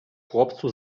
chłopcu